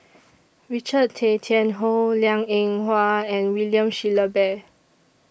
Richard Tay Tian Hoe Liang Eng Hwa and William Shellabear